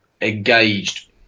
engaged